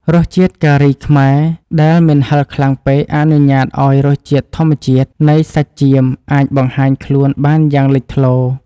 រសជាតិការីខ្មែរដែលមិនហឹរខ្លាំងពេកអនុញ្ញាតឱ្យរសជាតិធម្មជាតិនៃសាច់ចៀមអាចបង្ហាញខ្លួនបានយ៉ាងលេចធ្លោ។